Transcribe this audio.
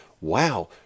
wow